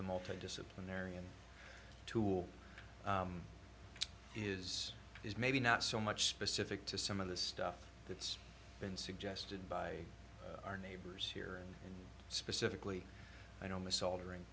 the multidisciplinary and tool his is maybe not so much specific to some of the stuff that's been suggested by our neighbors here and specifically i don't this altering